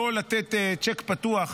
לא לתת צ'ק פתוח,